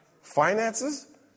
Finances